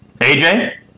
AJ